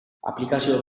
aplikazio